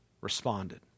responded